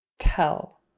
Tell